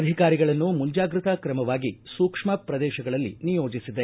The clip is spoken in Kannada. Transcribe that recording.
ಅಧಿಕಾರಿಗಳನ್ನು ಮುಂಜಾಗ್ರತಾ ಕ್ರಮವಾಗಿ ಸೂಕ್ಷ್ಮ ಪ್ರದೇಶಗಳಲ್ಲಿ ನಿಯೋಜಿಸಿದೆ